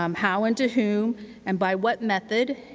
um how and to whom and by what method,